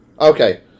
Okay